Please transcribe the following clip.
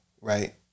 right